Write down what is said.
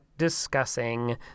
discussing